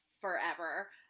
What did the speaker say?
forever